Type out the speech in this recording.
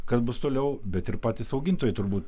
kas bus toliau bet ir patys augintojai turbūt